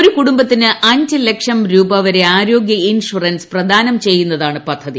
ഒരു കുടുംബത്തിന് അഞ്ച് ലക്ഷം രൂപവരെ ആരോഗ്യ ഇൻഫ്യുറ്റൾസ് പ്രദാനം ചെയ്യുന്നതാണ് പദ്ധതി